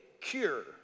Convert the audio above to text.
cure